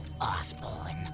Osborne